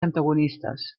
antagonistes